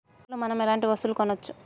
బజార్ లో మనం ఎలాంటి వస్తువులు కొనచ్చు?